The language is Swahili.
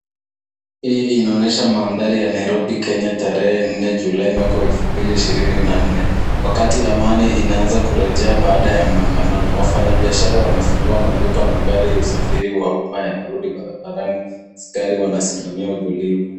Hii inaonyesha mandhari ya Nairobi, Kenya, tarehe nne, julai, mwaka wa elfu mbili ishirini na nne. Wakati amani inaanza kurejea baada ya maandamano. Wafanya biashara wanafungua maduka, magari ya usafiri wa umma yanarudi barabarani, askari wanasimamia utulivu.